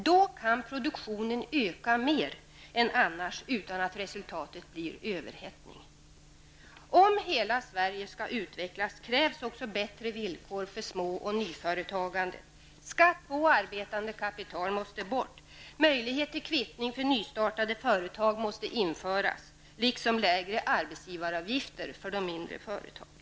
Då kan produktionen öka mer än annars, utan att resultatet blir överhettning. Om hela Sverige skall utvecklas, krävs också bättre villkor för små och nyföretagandet. Skatt på arbetande kapital måste bort. Möjlighet till kvittning för nystartade företag måste införas, liksom lägre arbetsgivaravgifter för de mindre företagen.